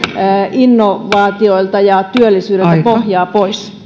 innovaatioilta ja työllisyydeltä pohjaa pois